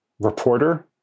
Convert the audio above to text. reporter